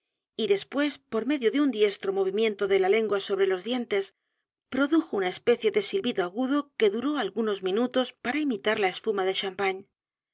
y después por medio de un diestro movimiento de la lengua sobre edgar poe novelas y cuentos los dientes produjo una especie de silbido agudo que duró algunos minutos para imitar la espuma del champ